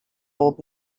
old